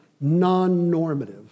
non-normative